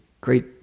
great